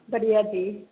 ਵਧੀਆ ਜੀ